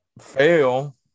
fail